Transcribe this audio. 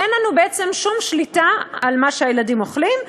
אין לנו בעצם שום שליטה על מה שהילדים אוכלים.